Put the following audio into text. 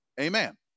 amen